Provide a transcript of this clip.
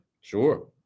Sure